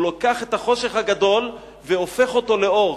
הוא לוקח את החושך הגדול והופך אותו לאור.